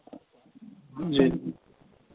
जी